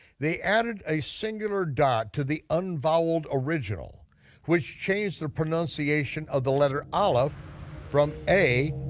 they added a singular dot to the un-voweled original which changed the pronunciation of the letter aleph from ay,